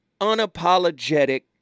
unapologetic